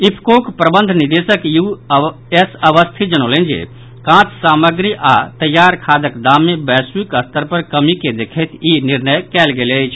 इफकोक प्रबंध निदेशक U S Awasthi जनौलनि जे कांच सामग्री आओर तैयार खादक दाम मे वैश्विक स्तर पर कमि के देखैत ई निर्णय कयल गेल अछि